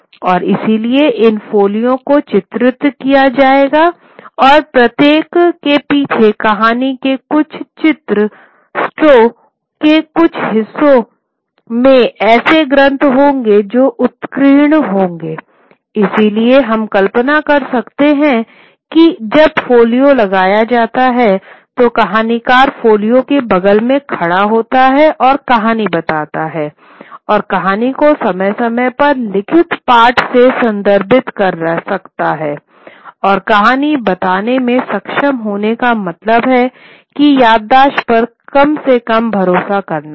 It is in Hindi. और इसलिए इन फोलियो को चित्रित किया जाएगा और प्रत्येक के पीछे कहानी के कुछ चित्रों के कुछ हिस्सों में ऐसे ग्रंथ होंगे जो उत्कीर्ण होंगे इसलिए हम कल्पना कर सकते हैं कि जब फोलियो लगाया जाता है तो कहानीकार फोलियो के बगल में खड़ा होता है और कहानी बताता है और कहानी को समय समय पर लिखित पाठ से संदर्भित कर सकता है और कहानी बताने में सक्षम होने का मतलब है कि याददाश्त पर कम और कम भरोसा करना है